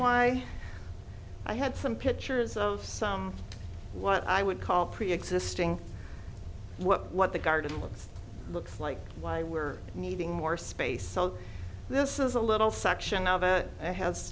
why i had some pictures of some what i would call preexisting what the garden looks looks like why we're needing more space so this is a little section of it